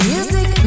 Music